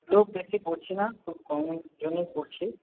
লোক বেশি করছি না খুব কমই জনই করছি